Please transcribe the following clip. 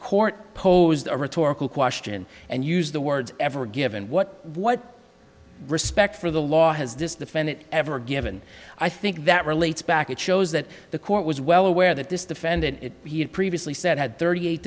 court posed a rhetorical question and use the words ever given what what respect for the law has this defendant ever given i think that relates back it shows that the court was well aware that this defendant he had previously said had thirty eight